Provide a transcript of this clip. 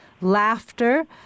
Laughter